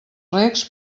regs